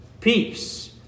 peace